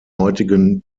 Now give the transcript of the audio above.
heutigen